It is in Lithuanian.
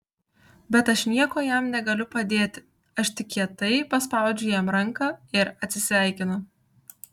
bet aš niekuo jam negaliu padėti aš tik kietai paspaudžiu jam ranką ir atsisveikinu